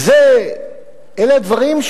אלה הדברים,